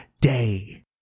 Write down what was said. day